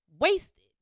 wasted